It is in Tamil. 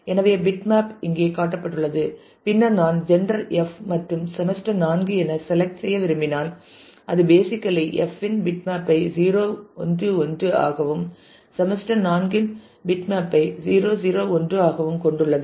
எனவே பிட்மேப் இங்கே காட்டப்பட்டுள்ளது பின்னர் நான் ஜெண்டர் எஃப் மற்றும் செமஸ்டர் 4 என செலக்ட் செய்ய விரும்பினால் அது பேசிக்கலி எஃப் இன் பிட்மாப்பை 0 1 1 ஆகவும் செமஸ்டர் 4 இன் பிட்மேப்பை 0 0 1 ஆகவும் கொண்டுள்ளது